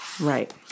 Right